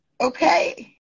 okay